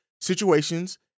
situations